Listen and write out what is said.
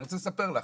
אני רוצה לספר לך,